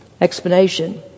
explanation